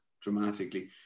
dramatically